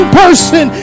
person